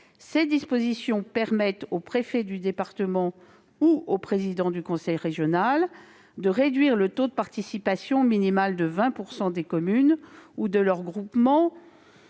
en permettant au préfet de département ou au président du conseil régional de réduire le taux de participation minimale de 20 % des communes ou de leurs groupements,